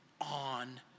on